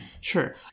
Sure